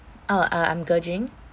oh uh I'm ge jing